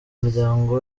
muryango